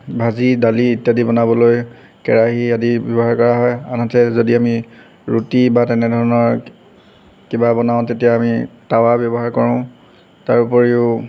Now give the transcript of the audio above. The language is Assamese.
ভাজি দালি ইত্যাদি বনাবলৈ কেৰাহী আদি ব্যৱহাৰ কৰা হয় আনহাতে যদি আমি ৰুটি বা তেনেধৰণৰ কিবা বনাওঁ তেতিয়া আমি টাৱা ব্যৱহাৰ কৰো তাৰ উপৰিও